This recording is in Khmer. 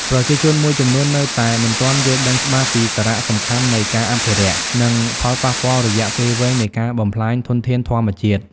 ប្រជាជនមួយចំនួននៅតែមិនទាន់យល់ដឹងច្បាស់ពី សារៈសំខាន់នៃការអភិរក្ស និងផលប៉ះពាល់រយៈពេលវែងនៃការបំផ្លាញធនធានធម្មជាតិ។